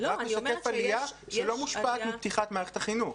הגרף משקף עלייה שלא מושפעת מפתיחת מערכת החינוך.